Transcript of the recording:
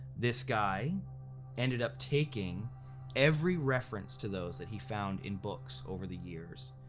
this guy ended up taking every reference to those that he found in books over the years,